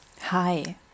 Hi